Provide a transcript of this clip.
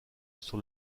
sur